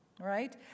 Right